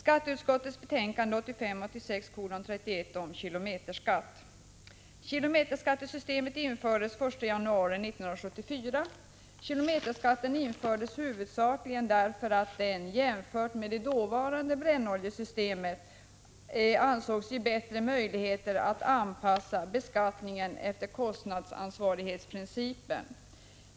Herr talman! Kilometerskattesystemet infördes den 1 januari 1974. Kilometerskatten infördes huvudsakligen därför att den — jämfört med den dåvarande brännoljeskatten — ansågs ge bättre möjligheter att anpassa beskattningen efter kostnadsansvarighetsprincipen.